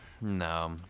no